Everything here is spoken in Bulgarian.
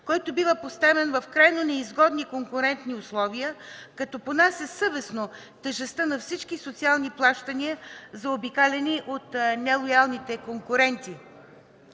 който бива поставен в крайно неизгодни конкурентни условия, като понася съвестно тежестта на всички социални плащания, заобикаляни от нелоялните конкуренти.